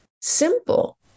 simple